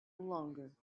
longer